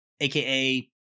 aka